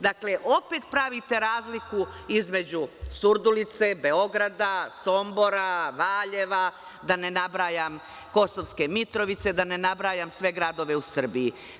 Dakle, opet pravite razliku između Surdulice, Beograda, Sombora, Valjeva, Kosovske Mitrovice, da ne nabrajam sve gradove u Srbiji.